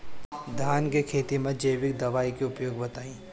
धान के खेती में जैविक दवाई के उपयोग बताइए?